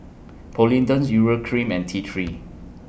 Polident's Urea Cream and T three